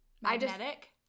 magnetic